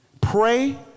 Pray